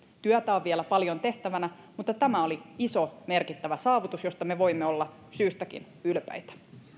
työtä on vielä paljon tehtävänä mutta tämä oli iso merkittävä saavutus josta me voimme olla syystäkin ylpeitä